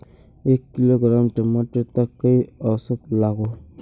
एक किलोग्राम टमाटर त कई औसत लागोहो?